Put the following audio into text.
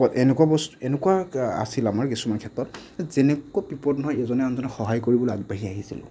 এনেকুৱা বস্তু এনেকুৱা আছিল আমাৰ কিছুমান ক্ষেত্ৰত যেনেকুৱা বিপদ নহওক এজনে আনজনক সহায় কৰিবলৈ আগবাঢ়ি আহিছিলোঁ